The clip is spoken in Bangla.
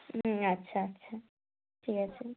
হুম আচ্ছা আচ্ছা ঠিক আছে